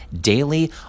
daily